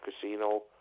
casino